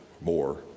more